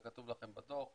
זה כתוב לכם בדוח,